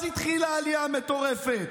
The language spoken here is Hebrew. אז התחילה העלייה המטורפת,